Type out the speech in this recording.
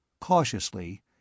Cautiously